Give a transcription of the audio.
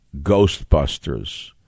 Ghostbusters